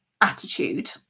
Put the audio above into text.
attitude